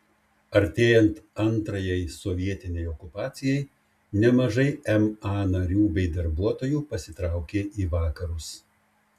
artėjant antrajai sovietinei okupacijai nemažai ma narių bei darbuotojų pasitraukė į vakarus